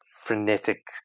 frenetic